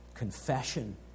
confession